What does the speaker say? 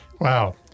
Wow